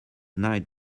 night